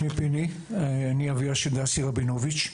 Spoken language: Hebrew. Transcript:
אני אביה של דסי רבינוביץ',